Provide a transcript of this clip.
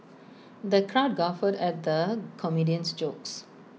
the crowd guffawed at the comedian's jokes